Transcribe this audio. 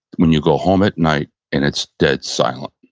when you go home at night and it's dead silent.